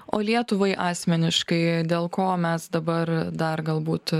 o lietuvai asmeniškai dėl ko mes dabar dar galbūt